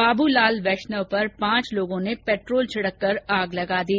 बाबू लाल वैष्णव पर पांच लोगों ने पेट्रोल छिड़क कर आग लगा दी